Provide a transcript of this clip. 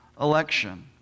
election